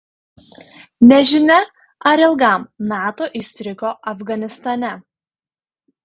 nežinia ar ilgam nato įstrigo afganistane